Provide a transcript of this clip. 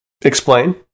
Explain